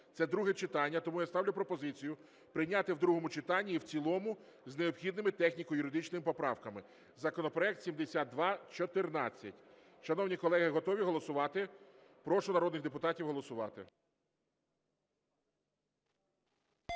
Це друге читання. Тому я ставлю пропозицію прийняти в другому читанні і в цілому з необхідними техніко-юридичними поправками. Законопроект 7214. Шановні колеги, готові голосувати? Прошу народних депутатів голосувати.